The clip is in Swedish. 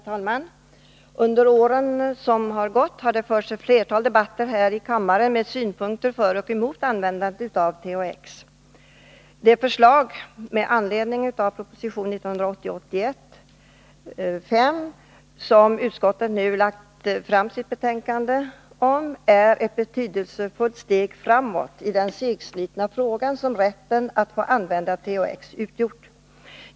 Herr talman! Under åren som gått har det förts ett flertal debatter här i kammaren med synpunkter för och emot användande av THX. Det förslag med anledning av proposition 1980/81:5 som utskottet nu lagt fram i sitt betänkande är ett betydelsefullt steg framåt i den segslitna fråga som rätten att få använda THX utgjort.